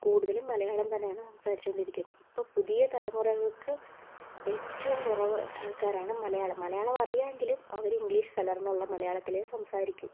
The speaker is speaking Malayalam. കൂടുതലും മലയാളം തന്നെയാണ് സംസാരിച്ചുകൊണ്ടിരിക്കുന്നത് ഇപ്പോൾ പുതിയ തലമുറകൾക്ക് ഏറ്റവും കുറവ് ആൾക്കാരാണ് മലയാളം മലയാളം അറിയാമെങ്കിലും അവർ ഇംഗ്ലീഷ് കലർന്നുള്ള മലയാളത്തിലേ സംസാരിക്കു